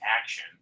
action